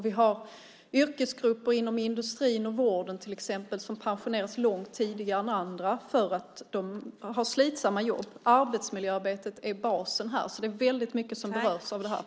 Vi har yrkesgrupper inom industrin och vården till exempel som pensioneras långt tidigare än andra för att de har slitsamma jobb. Arbetsmiljöarbetet är basen. Det är mycket som berörs av detta.